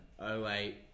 08